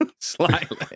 Slightly